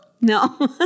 No